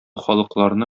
халыкларны